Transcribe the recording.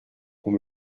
qu’on